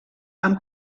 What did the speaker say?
amb